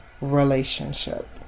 relationship